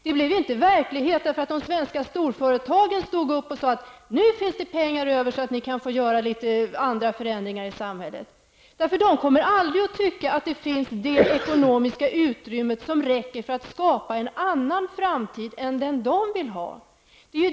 Det blev inte möjligt därför att de svenska storföretagen sade: Nu finns det pengar över så att ni kan få genomföra förändringar i samhället. De kommer aldrig att tycka att det finns ekonomiskt utrymme för att skapa en annan framtid än den de vill ha.